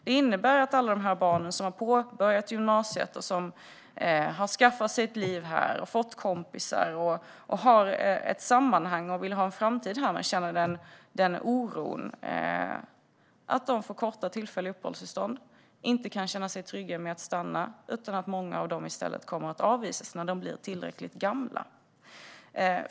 Det innebär att alla de här barnen som har påbörjat gymnasiet, har skaffat sig ett liv här, har fått kompisar, har ett sammanhang och vill ha en framtid här men känner oro för att de får korta tillfälliga uppehållstillstånd inte kan känna sig trygga med att få stanna. Många av dem kommer i stället att avvisas när de blir tillräckligt gamla.